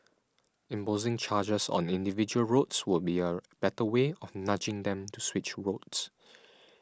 imposing charges on individual roads would be a better way of nudging them to switch routes